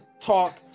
talk